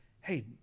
hey